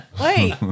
Wait